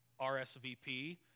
RSVP